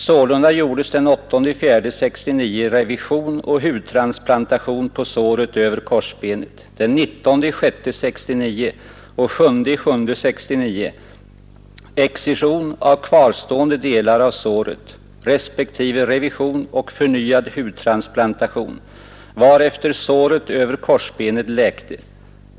Sålunda gjordes den 8.4.1969 revision och hudtransplantation på såret över korsbenet, 19.6.1969 och 7.7.1969 excision av kvarstående delar av såret resp. revision och förnyad hudtransplantation, varefter såret över korsbenet läkte.